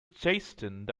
chastened